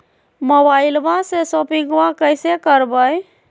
मोबाइलबा से शोपिंग्बा कैसे करबै?